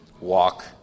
walk